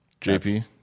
JP